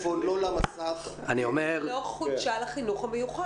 היא לא חודשה לחינוך המיוחד.